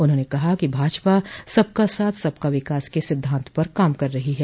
उन्होंने कहा कि भाजपा सबका साथ सबका विकास के सिद्धांत पर काम कर रही है